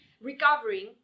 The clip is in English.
Recovering